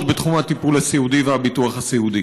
בתחום הטיפול הסיעודי והביטוח הסיעודי.